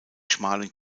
schmalen